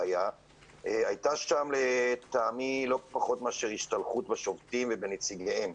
היתה שם לטעמי לא פחות מאשר השתלחות בשובתים ובנציגיהם.